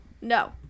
No